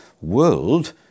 world